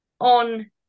on